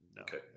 okay